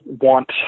want